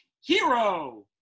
Hero